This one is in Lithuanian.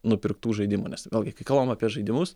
nupirktų žaidimų nes vėlgi kai kalbam apie žaidimus